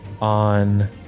on